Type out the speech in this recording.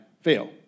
fail